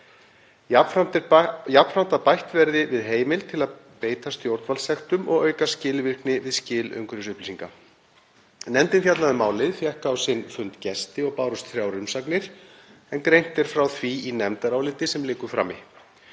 Jafnframt að bætt verði við heimild til að beita stjórnvaldssektum og auka skilvirkni við skil umhverfisupplýsinga. Nefndin fjallaði um málið, fékk á sinn fund gesti og bárust þrjár umsagnir en greint er frá því í nefndaráliti sem liggur frammi.